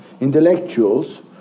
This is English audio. intellectuals